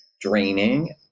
draining